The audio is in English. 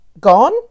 gone